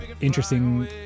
interesting